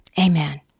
Amen